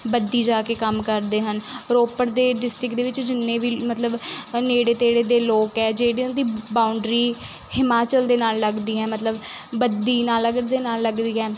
ਬੱਦੀ ਜਾ ਕੇ ਕੰਮ ਕਰਦੇ ਹਨ ਰੋਪੜ ਦੇ ਡਿਸਟ੍ਰਿਕਟ ਦੇ ਵਿੱਚ ਜਿੰਨੇ ਵੀ ਮਤਲਬ ਨੇੜੇ ਤੇੜੇ ਦੇ ਲੋਕ ਆ ਜਿਹੜਿਆਂ ਦੀ ਬਾਉਂਡਰੀ ਹਿਮਾਚਲ ਦੇ ਨਾਲ ਲੱਗਦੀ ਹੈ ਮਤਲਬ ਬੱਦੀ ਨਾਲਾਗੜ ਦੇ ਨਾਲ ਲੱਗਦੀ ਹੈ